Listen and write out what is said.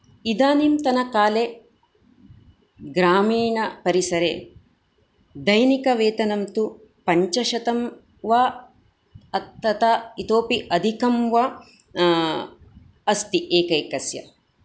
इदानींतनकाले ग्रामीणपरिसरे दैनिकवेतनं तु पञ्चशतं वा तथा इतोऽपि अधिकं वा अस्ति एकैकस्य